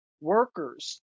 workers